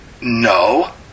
No